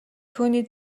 түүний